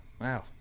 Wow